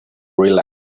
relaxed